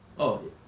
oh